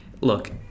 look